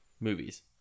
movies